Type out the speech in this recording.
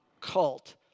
cult